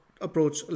approach